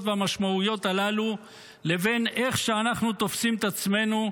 והמשמעויות הללו לבין איך שאנחנו תופסים את עצמנו,